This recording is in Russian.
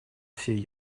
всей